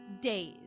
Days